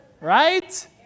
Right